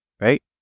right